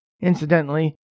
Incidentally